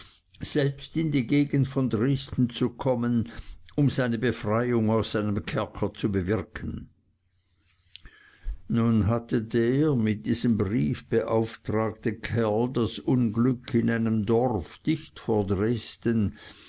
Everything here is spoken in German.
selbst in die gegend von dresden zu kommen um seine befreiung aus seinem kerker zu bewirken nun hatte der mit diesem brief beauftragte kerl das unglück in einem dorf dicht vor dresden